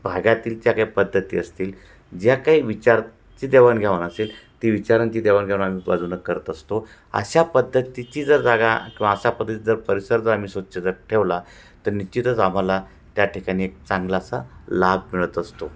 भागातील ज्या काही पद्धती असतील ज्या काही विचाराची देवाणघेवाण असेल ती विचारांची देवाणघेवाण आम्ही बाजूनं करत असतो अशा पद्धतीची जर जागा किंवा अशा पद्धती जर परिसर जर आम्ही स्वच्छ जर ठेवला तर निश्चितच आम्हाला त्या ठिकाणी एक चांगला असा लाभ मिळत असतो